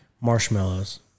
marshmallows